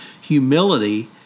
humility